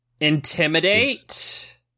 Intimidate